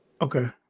Okay